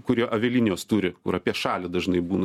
kurie avialinijos turi kur apie šalį dažnai būna